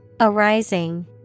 Arising